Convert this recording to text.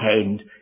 hand